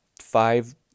five